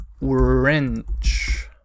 wrench